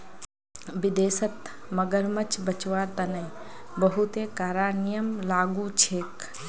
विदेशत मगरमच्छ बचव्वार तने बहुते कारा नियम लागू छेक